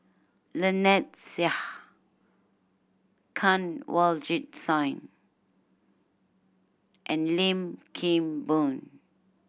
Lynnette Seah Kanwaljit Soin and Lim Kim Boon